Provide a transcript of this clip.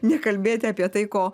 nekalbėti apie tai ko